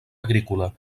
agrícola